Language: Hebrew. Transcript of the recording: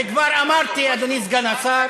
וכבר אמרתי, אדוני סגן השר: